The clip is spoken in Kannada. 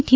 ಟಿ